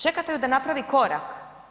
Čekate ju da napravi korak.